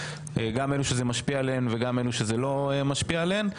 גם לאלו שזה משפיע עליהן וגם לאלו שזה לא משפיע עליהן,